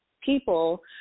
people